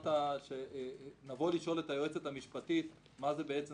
כשאמרת שמי שמכריע מה זה בעצם